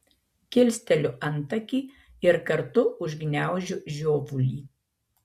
kilsteliu antakį ir kartu užgniaužiu žiovulį